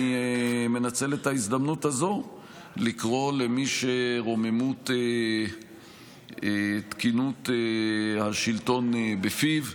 אני מנצל את ההזדמנות הזאת לקרוא למי שרוממות תקינות השלטון בפיו,